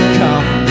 come